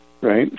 right